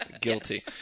Guilty